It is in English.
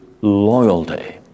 loyalty